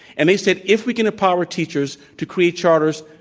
and they said, if we can empower teachers to create charters,